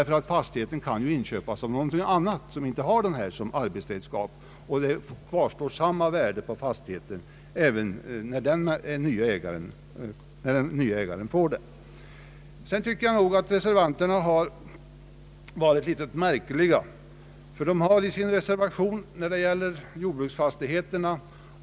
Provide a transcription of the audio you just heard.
Fastigheten kan ju inköpas för något annat ändamål, av någon som inte använder dessa arbetsredskap. Då skulle det alltför låga värdet på fastigheten stå kvar när den nye ägaren övertar den. Enligt min mening har reservanterna anfört något märkliga synpunkter i den ena av sina två reservationer.